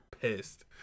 Pissed